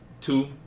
two